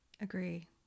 Agree